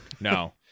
No